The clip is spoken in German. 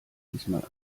diesmal